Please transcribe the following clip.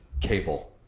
Cable